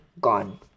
gone